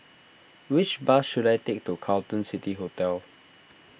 which bus should I take to Carlton City Hotel